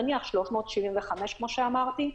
נניח 375 כמו שאמרתי,